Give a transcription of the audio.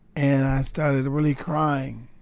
and i started really crying